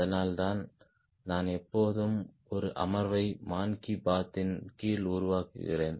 அதனால்தான் நான் எப்போதும் ஒரு அமர்வை மான் கி பாதின் கீழ்உருவாக்குகிறேன்